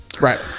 right